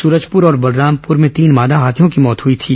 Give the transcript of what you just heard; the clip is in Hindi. सूरजपुर और बलरामपुर में तीन मादा हाथियों की मौत हई थी